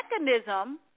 mechanism